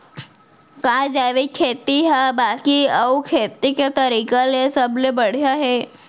का जैविक खेती हा बाकी अऊ खेती के तरीका ले सबले बढ़िया हे?